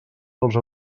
dels